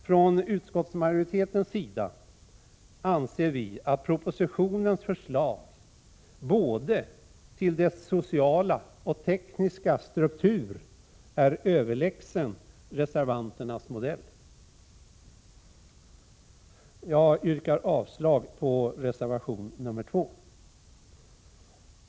Från utskottsmajoritetens sida anser vi att propositionens förslag både till dess sociala och dess tekniska struktur är överlägsen reservanternas modell. Jag yrkar avslag på reservation nr 2.